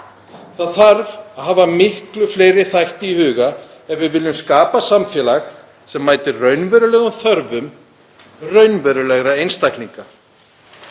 Það þarf að hafa miklu fleiri þætti í huga ef við viljum skapa samfélag sem mætir raunverulegum þörfum raunverulegra einstaklinga.